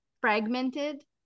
fragmented